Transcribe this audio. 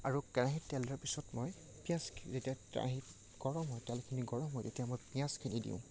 আৰু কেৰাহীত তেল দিয়াৰ পিছত মই পিঁয়াজ যেতিয়া কেৰাহীত গৰম হয় তেলখিনি গৰম হয় তেতিয়া মই পিঁয়াজখিনি দিওঁ